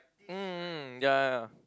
mm mm ya ya